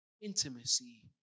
intimacy